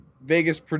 Vegas